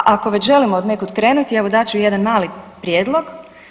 A ako već želimo odnekud krenuti, evo dat ću jedan mali prijedlog.